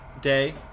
day